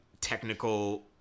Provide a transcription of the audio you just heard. technical